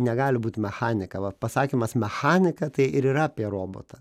negali būt mechanika va pasakymas mechanika tai ir yra apie robotą